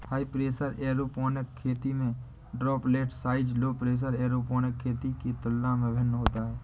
high pressure aeroponic खेती में droplet size low pressure aeroponic खेती के तुलना में भिन्न होता है